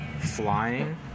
Flying